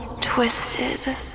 twisted